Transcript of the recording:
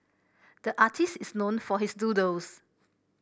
the artist is known for his doodles